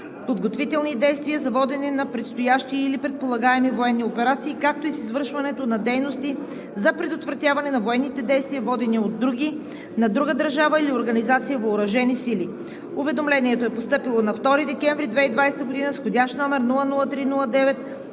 подготвителни действия за водене на предстоящи или предполагаеми военни операции, както и с извършването на дейности за предотвратяването на военни действия, водени от други (на друга държава или организация) въоръжени сили. Уведомлението е постъпило на 2 декември 2020 г. с входящ № 003-09-100